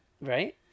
Right